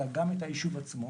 אלא גם את היישוב עצמו.